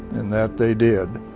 and that they did.